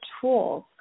tools